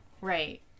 Right